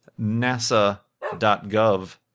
nasa.gov